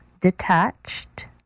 detached